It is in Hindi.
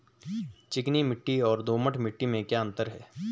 चिकनी मिट्टी और दोमट मिट्टी में क्या अंतर है?